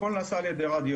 הכל נעשה על ידי רדיולוגים.